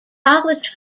college